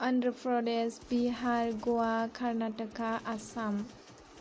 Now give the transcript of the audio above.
Andhra Pradesh Bihar Goa Karnataka Assam